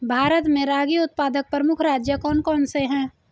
भारत में रागी उत्पादक प्रमुख राज्य कौन कौन से हैं?